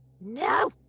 No